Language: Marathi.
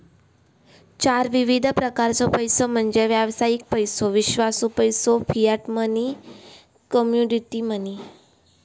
चार विविध प्रकारचो पैसो म्हणजे व्यावसायिक पैसो, विश्वासू पैसो, फियाट मनी, कमोडिटी मनी